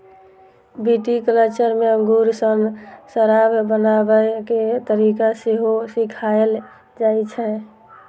viticulture मे अंगूर सं शराब बनाबै के तरीका सेहो सिखाएल जाइ छै